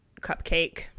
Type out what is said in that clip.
Cupcake